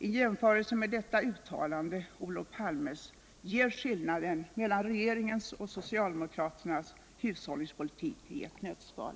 En jämförelse mellan detta uttalande och Olof Palmes ger skillnaden mellan regeringens och socialdemekraternas hushållningspoltik i ett nötskal.